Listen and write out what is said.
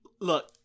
Look